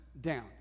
down